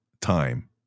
time